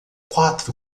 quatro